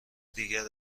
دیگر